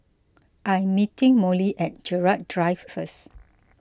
I am meeting Mollie at Gerald Drive first